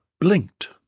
blinked